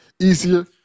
easier